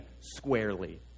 squarely